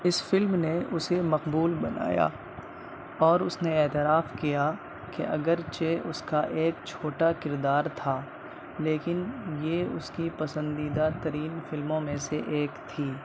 اس film نے اسے مقبول بنایا اور اس نے اعتراف کیا کہ اگرچہ اس کا ایک چھوٹا کردار تھا لیکن یہ اس کی پسندیدہ ترین فلموں میں سے ایک تھی